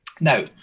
Now